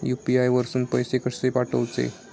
UPI वरसून पैसे कसे पाठवचे?